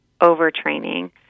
overtraining